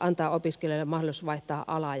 antaa opiskelijoille mahdollisuus vaihtaa alaa ja korkeakouluja